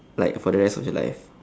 like for the rest of your life